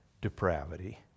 depravity